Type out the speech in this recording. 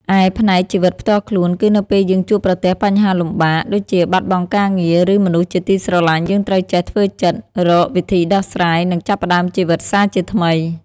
ឯ ផ្នែកជីវិតផ្ទាល់ខ្លួន គឺនៅពេលយើងជួបប្រទះបញ្ហាលំបាក (ដូចជាបាត់បង់ការងារ ឬមនុស្សជាទីស្រឡាញ់) យើងត្រូវចេះធ្វើចិត្ត រកវិធីដោះស្រាយ និងចាប់ផ្តើមជីវិតសាជាថ្មី។